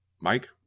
Mike